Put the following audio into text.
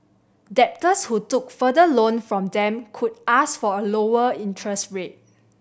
debtors who took further loan from them could ask for a lower interest rate